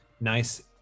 nice